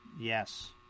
Yes